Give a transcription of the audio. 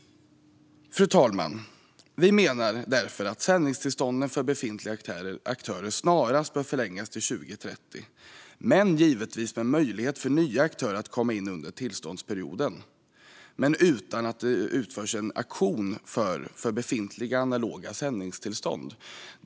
Fru talman! Vi menar därför att sändningstillstånden för befintliga aktörer snarast bör förlängas till 2030, givetvis med möjlighet för nya aktörer att komma till under tillståndsperioden, men utan att det utförs en auktion för befintliga analoga sändningstillstånd.